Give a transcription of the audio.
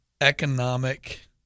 economic